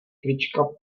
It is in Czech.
trička